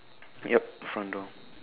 yup front door